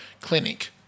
clinic